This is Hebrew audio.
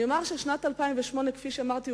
כפי שאמרתי,